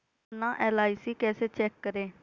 अपना एल.आई.सी कैसे चेक करें?